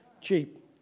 cheap